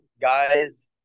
guys